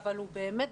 מאוד